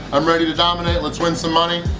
i'm ready to dominate let's win some money!